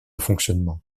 fonctionnement